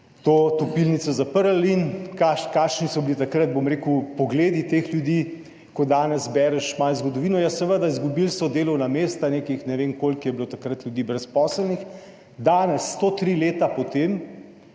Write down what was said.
to topilnico zaprli. Kakšni so bili takrat, bom rekel, pogledi teh ljudi, ko danes bereš malo zgodovino? Ja seveda, izgubili so delovna mesta, ne vem, koliko je bilo takrat ljudi brezposelnih. Danes, 103 leta po tem,